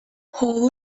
hold